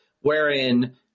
wherein